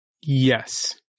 yes